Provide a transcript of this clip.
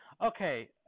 Okay